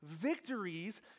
Victories